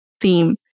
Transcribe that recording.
theme